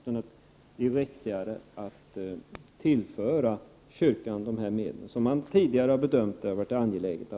Det är riktigare att tillföra kyrkan de medel som vi tidigare bedömt vara angelägna.